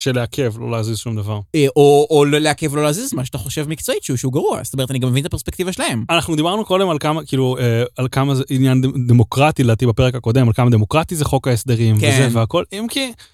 שלעכב לא להזיז שום דבר. או לא לעכב לא להזיז מה שאתה חושב מקצועית שהוא שהוא גרוע. זאת אומרת אני גם מבין את הפרספקטיבה שלהם. אנחנו דיברנו קודם על כמה כאילו על כמה זה עניין דמוקרטי לדעתי בפרק הקודם, על כמה דמוקרטי זה חוק ההסדרים וזה והכל. אם כי...